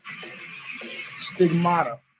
Stigmata